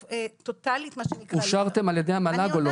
זה לא שהחלטנו טוטלית מה שנקרא -- אושרתם על ידי המל"ג או לא?